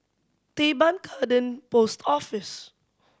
Teban Garden Post Office